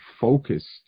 focused